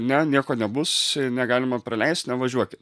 ne nieko nebus negalima praleist nevažiuokit